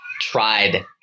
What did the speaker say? tried